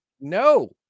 no